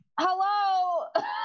Hello